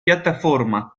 piattaforma